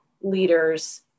leaders